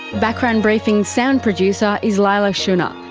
background briefing's sound producer is leila shunnar,